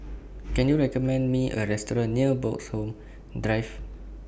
Can YOU recommend Me A Restaurant near Bloxhome Drive